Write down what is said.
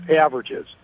averages